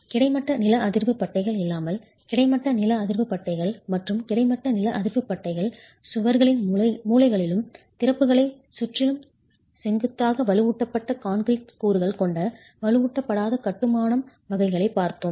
கிடைமட்ட நில அதிர்வு பட்டைகள் இல்லாமல் கிடைமட்ட நில அதிர்வு பட்டைகள் மற்றும் கிடைமட்ட நில அதிர்வு பட்டைகள் மற்றும் சுவர்களின் மூலைகளிலும் திறப்புகளைச் சுற்றிலும் செங்குத்தாக வலுவூட்டப்பட்ட கான்கிரீட் கூறுகள் கொண்ட வலுவூட்டப்படாத கட்டுமானம் வகைகளைப் பார்த்தோம்